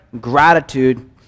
gratitude